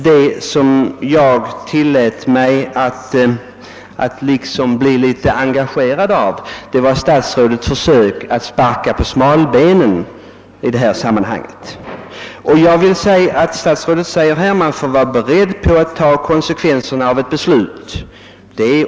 Det som gjorde att jag liksom blev engagerad var att statsrådet i stället för att diskutera sakfrågan försökte att sparka mig på smalbenet. Statsrådet säger att man måste vara beredd att ta konsekvenserna av det man har beslutat.